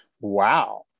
Wow